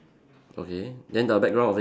okay then the background of it